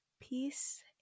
peace